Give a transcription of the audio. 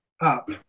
up